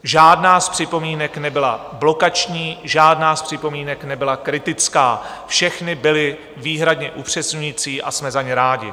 Žádná z připomínek nebyla blokační, žádná z připomínek nebyla kritická, všechny byly výhradně upřesňující a jsme za ně rádi.